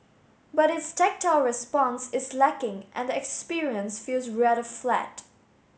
but its tactile response is lacking and the experience feels rather flat